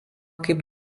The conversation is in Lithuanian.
kaip